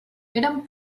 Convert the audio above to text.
eren